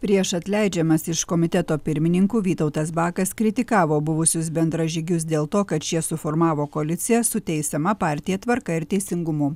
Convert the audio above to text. prieš atleidžiamas iš komiteto pirmininkų vytautas bakas kritikavo buvusius bendražygius dėl to kad šie suformavo koaliciją su teisiama partija tvarka ir teisingumu